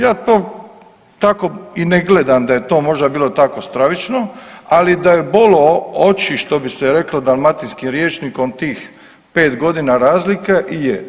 Ja to tako i ne gledam da je to možda bilo tako stravično, ali da je bolo oči što bi se reklo dalmatinskim rječnikom tih pet godina razlike je.